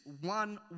one